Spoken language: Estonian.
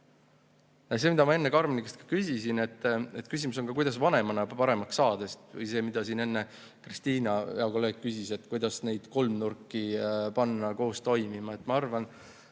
jama. Ma enne Karmeni käest küsisin, et küsimus on, kuidas vanemana paremaks saada. Või see, mida siin enne Kristina, hea kolleeg, küsis, et kuidas neid kolmnurki panna koos toimima. Ma arvan,